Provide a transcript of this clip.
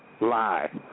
lie